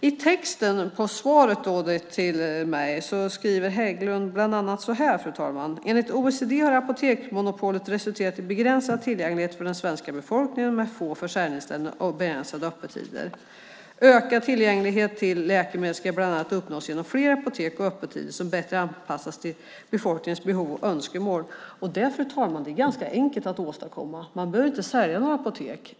I svaret till mig sade Hägglund bland annat följande, fru talman: "Enligt OECD har apoteksmonopolet resulterat i begränsad tillgänglighet för den svenska befolkningen, med få försäljningsställen och begränsade öppettider. En ökad tillgänglighet till läkemedel ska bland annat uppnås genom fler apotek och öppettider som är bättre anpassade till befolkningens behov och önskemål." Det, fru talman, är enkelt att åstadkomma. Man behöver inte sälja några apotek.